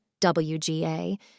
WGA